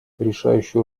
решающую